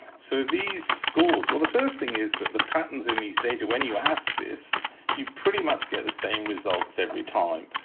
so these scores well, the first thing is that the patterns in these data when you ask this you pretty much get the same results every time.